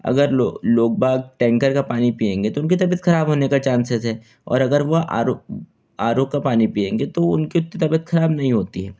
अगर लो लोग बाग टैंकर का पानी पियेंगे तो उनकी तबियत खराब होने का चांसेस है और अगर वह आर ओ आर ओ का पानी पियेंगे तो वो उनके तबियत खराब नहीं होती है